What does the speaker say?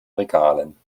regalen